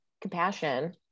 Compassion